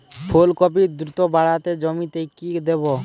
ফুলকপি দ্রুত বাড়াতে জমিতে কি দেবো?